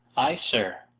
ay, sir,